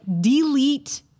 delete